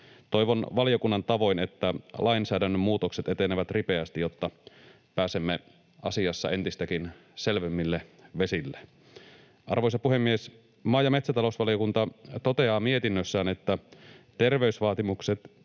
Toivon valiokunnan tavoin, että lainsäädännön muutokset etenevät ripeästi, jotta pääsemme asiassa entistäkin selvemmille vesille. Arvoisa puhemies! Maa- ja metsätalousvaliokunta toteaa mietinnössään, että terveysvaatimukset